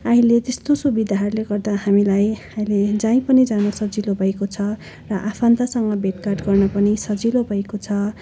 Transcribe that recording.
अहिले त्यस्तो सुविधाहरूले गर्दा हामीलाई अहिले जहीँ पनि जानु सजिलो भएको छ र आफन्तसँग भेटघाट गर्न पनि सजिलो भएको छ